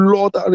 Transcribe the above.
Lord